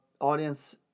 audience